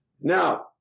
Now